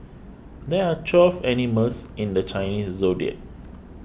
there are twelve animals in the Chinese zodiac